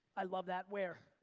i love that, where?